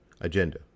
agenda